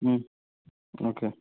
okay